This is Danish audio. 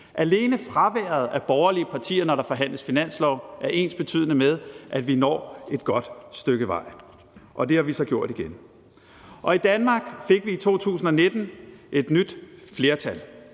Alene fraværet af borgerlige partier, når der forhandles finanslov, er ensbetydende med, at vi når et godt stykke vej. Og det har vi så gjort igen. I Danmark fik vi i 2019 et nyt flertal,